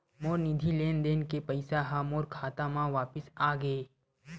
मोर निधि लेन देन के पैसा हा मोर खाता मा वापिस आ गे